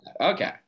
Okay